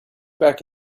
back